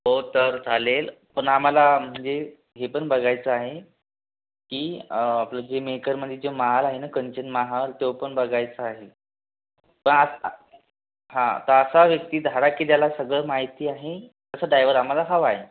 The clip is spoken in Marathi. तो तर चालेल पण आम्हाला म्हणजे हे पण बघायचं आहे की आपलं जे मेहकरमध्ये जे महाल आहे ना कंचन महाल तो पण बघायचा आहे तर अ हा तर असा व्यक्ती धाडा की ज्याला सगळ माहिती आहे असा डायव्हर आम्हाला हवा आहे